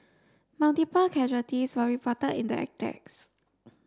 multiple casualties were reported in the attacks